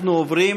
אנחנו עוברים